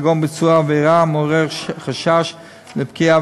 כגון ביצוע עבירה המעוררת חשש לפגיעה